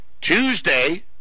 Tuesday